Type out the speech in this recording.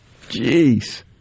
Jeez